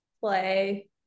play